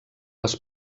les